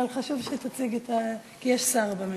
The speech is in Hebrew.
אבל חשוב שתציג, כי יש שר במליאה.